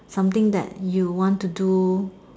something that you want to do